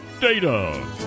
data